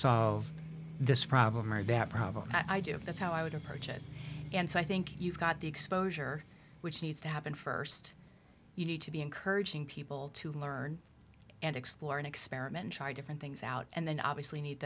solve this problem or that problem i do have that's how i would approach it and so i think you've got the exposure which needs to happen st you need to be encouraging people to learn and explore and experiment try different things out and then obviously need